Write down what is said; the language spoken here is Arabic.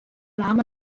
العام